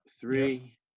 three